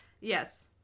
Yes